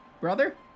Brother